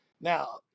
now